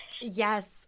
Yes